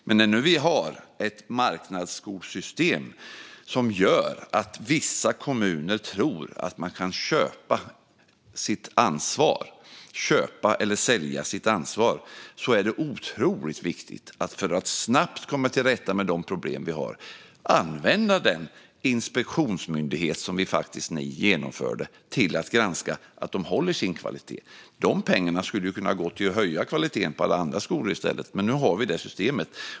Men när vi nu har ett marknadsskolsystem som gör att vissa kommuner tror att man kan köpa eller sälja sitt ansvar är det för att snabbt komma till rätta med de problem vi har otroligt viktigt att använda den inspektionsmyndighet som ni inrättade till att granska att kvaliteten hålls. Dessa pengar hade kunnat gå till att höja kvaliteten på alla andra skolor i stället, men nu har vi detta system.